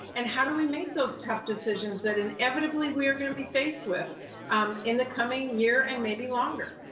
and how do we make those tough decisions that, inevitably, we're going to be faced with in the coming year and maybe longer?